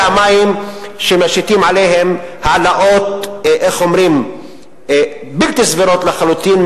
המים שמשיתים עליהם העלאות בלתי סבירות לחלוטין,